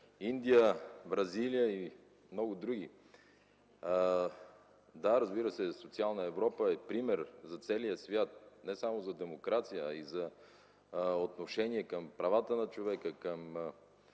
Индия, Бразилия и много други. Да, разбира се, социална Европа е пример за целия свят, не само за демокрация, а и за отношение към правата на човека, към